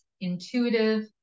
intuitive